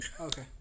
Okay